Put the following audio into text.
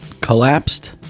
Collapsed